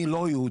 מי לא יהודי.